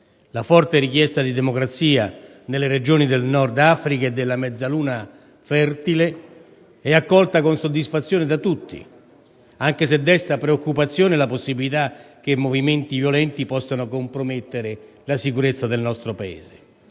La forte richiesta di democrazia nelle regioni del Nord-Africa e della Mezzaluna fertile è accolta con soddisfazione da tutti, anche se desta preoccupazione la possibilità che movimenti violenti possano compromettere la sicurezza del nostro Paese.